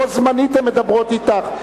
בו-זמנית הן מדברות אתך.